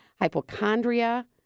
hypochondria